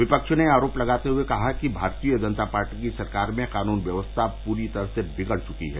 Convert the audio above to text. विपक्ष ने आरोप लगाते हए कहा कि भारतीय जनता पार्टी की सरकार में कानून व्यवस्था पूरी तरह से बिगड़ चुकी है